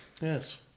Yes